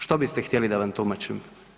Što biste htjeli da vam tumačim?